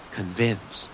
Convince